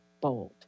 bold